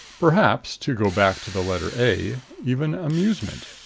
perhaps, to go back to the letter a, even amusement.